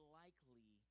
likely